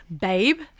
Babe